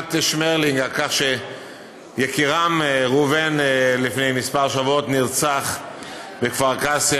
למשפחת שמרלינג על כך שיקירם ראובן לפני כמה שבועות נרצח בכפר קאסם,